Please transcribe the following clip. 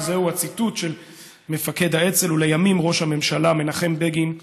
וזהו הציטוט של מפקד האצ"ל ולימים ראש הממשלה מנחם בגין: